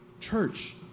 Church